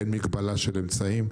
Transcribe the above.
אין מגבלה של אמצעים,